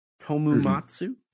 Tomumatsu